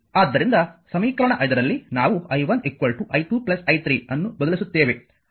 ಆದ್ದರಿಂದ ಸಮೀಕರಣ 5 ರಲ್ಲಿ ನಾವು i1 i2 i3 ಅನ್ನು ಬದಲಿಸುತ್ತೇವೆ